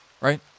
right